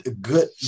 good